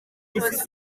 myitozo